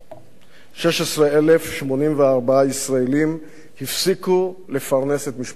16,084 ישראלים הפסיקו לפרנס את משפחתם,